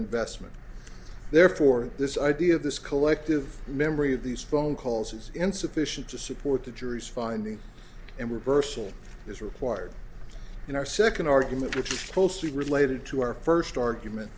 investment therefore this idea of this collective memory of these phone calls is insufficient to support the jury's finding and reversal is required in our second argument which closely related to our first argument